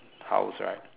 house right